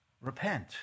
Repent